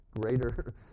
greater